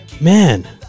Man